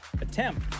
attempt